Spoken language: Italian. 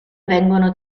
vengono